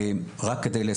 תוך כדי שנה,